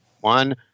One